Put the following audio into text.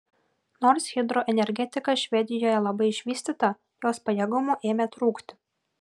nors hidroenergetika švedijoje labai išvystyta jos pajėgumų ėmė trūkti